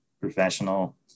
professional